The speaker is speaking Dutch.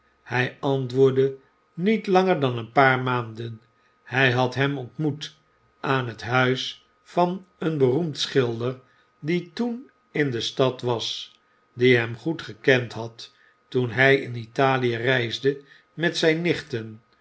hy antwoordde niet langer dan een paar maanden hij had hem ontmoet aan het nuis van een beroemd schilder die toen in de stad was die hem goed gekend had toen hy in ltahe reisde met zyn nichten